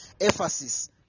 Ephesus